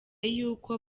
yuko